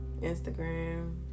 Instagram